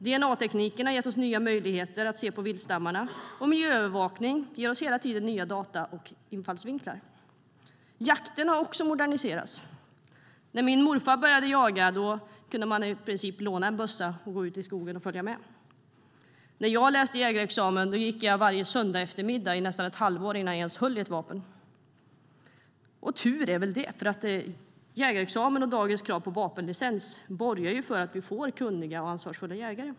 Dna-tekniken har gett oss nya möjligheter att se på viltstammarna, och miljöövervakning ger oss hela tiden nya data och nya infallsvinklar. Jakten har också moderniserats. När min morfar började jaga kunde man i princip låna en bössa och följa med ut i skogen, medan när jag läste in jägarexamen gick jag på kurs varje söndagseftermiddag i nästan ett halvår innan jag ens höll i ett vapen. Och tur är väl det. Jägarexamen och dagens krav på vapenlicens borgar för att vi får kunniga och ansvarsfulla jägare.